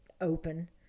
open